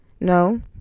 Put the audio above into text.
no